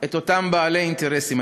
את אותם בעלי אינטרסים.